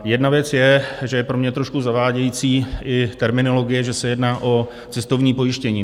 Jedna věc je, že je pro mě trošku zavádějící i terminologie, že se jedná o cestovní pojištění.